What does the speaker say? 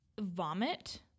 Vomit